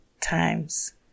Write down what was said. times